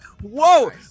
whoa